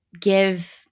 give